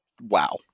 wow